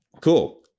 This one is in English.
cool